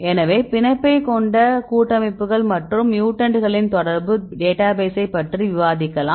எனவே பிணைப்பைக் கொண்ட கூட்டமைப்புகள் மற்றும் மியூட்டன்ட்களின் தொடர்பு டேட்டாபேசை பற்றி விவாதிக்கலாம்